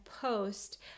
post